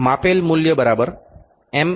માપેલ મૂલ્ય એમ